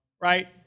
right